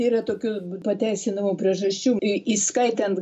yra tokių pateisnamų priežasčių įskaitant